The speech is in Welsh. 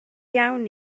iawn